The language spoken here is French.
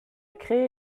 créé